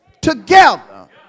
together